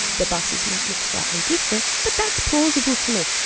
the buses might look slightly different but that's plausible to me,